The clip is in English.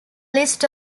list